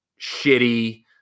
shitty